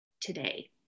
today